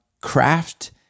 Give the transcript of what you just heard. craft